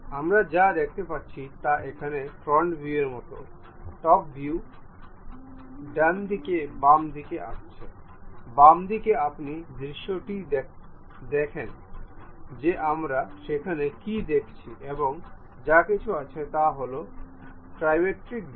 আমরা যা দেখতে পাচ্ছি তা এখানে ফ্রন্ট ভিউ এর মতো টপ ভিউ ডান থেকে বাম দিকে আসছে বাম দিকে আপনি দৃশ্যটি দেখেন যে আমরা সেখানে কী দেখছি এবং যা কিছু আছে তা হলো ট্রাইমেট্রিক ভিউ